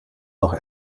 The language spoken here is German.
noch